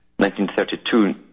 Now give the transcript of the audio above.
1932